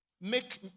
make